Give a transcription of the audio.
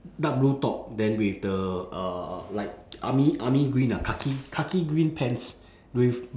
dark blue top then with the uh like army army green ah khaki khaki green pants with